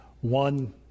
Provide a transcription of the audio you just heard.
One